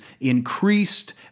increased